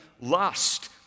lust